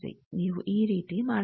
ನೀವು ಈ ರೀತಿ ಮಾಡಬಹುದು